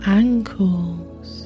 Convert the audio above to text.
ankles